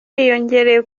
yiyongereye